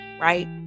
right